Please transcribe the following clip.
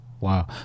wow